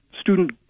student